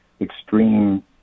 extreme